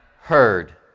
heard